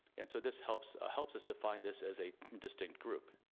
and so this helps helps us define this as a distinct group.